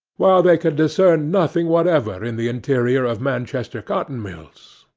while they could discern nothing whatever in the interior of manchester cotton mills.